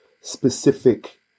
specific